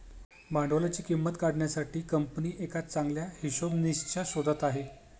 भांडवलाची किंमत काढण्यासाठी कंपनी एका चांगल्या हिशोबनीसच्या शोधात आहे